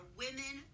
women